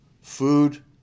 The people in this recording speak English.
food